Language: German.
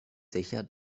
sicher